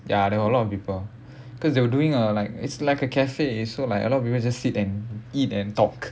ya there were a lot of people because they were doing a like it's like a cafe so like a lot of people just sit and eat and talk